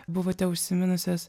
buvote užsiminusios